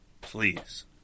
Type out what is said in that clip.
Please